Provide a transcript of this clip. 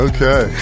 Okay